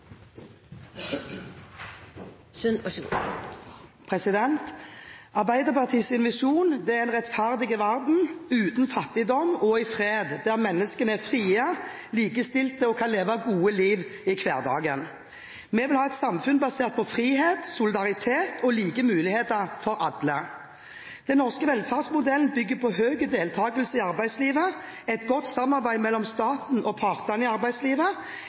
kan leve gode liv i hverdagen. Vi vil ha et samfunn basert på frihet, solidaritet og like muligheter for alle. Den norske velferdsmodellen bygger på høy deltakelse i arbeidslivet, et godt samarbeid mellom staten og partene i arbeidslivet